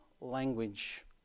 language